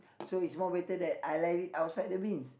so it more better than I left it outside the bins